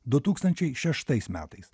du tūkstančiai šeštais metais